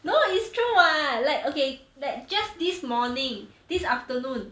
no it's true [what] like okay like just this morning this afternoon